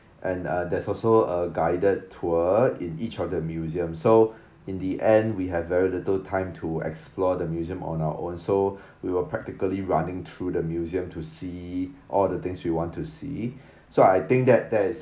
and uh there's also a guided tour in each of the museum so in the end we have very little time to explore the museum on our own so we were practically running through the museum to see all the things we want to see so I think that there is